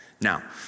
Now